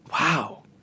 wow